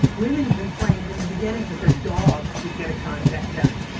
women complained in the beginning that their dogs would get a contact high.